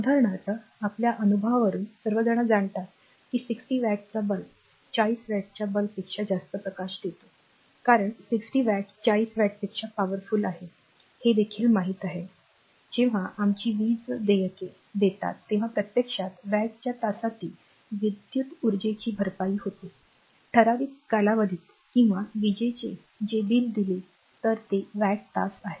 उदाहरणार्थ आपल्या अनुभवावरून सर्वजण जाणतात की 60 वॅटचा बल्ब 40 वॅटच्या बल्बपेक्षा जास्त प्रकाश देतो कारण 60 वॅट 40 वॅटपेक्षा पॉवरफुल आहे हे देखील माहित आहे जेव्हा आमची वीज देयके देतात तेव्हा प्रत्यक्षात वॅटच्या तासातील विद्युत उर्जेची भरपाई होते ठराविक कालावधीत किंवा विजेचे जे बिल दिले तर ते वॅट तासwatt hour